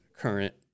current